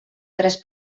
tres